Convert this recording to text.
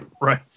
Right